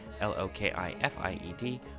L-O-K-I-F-I-E-D